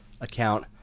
account